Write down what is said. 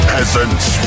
Peasants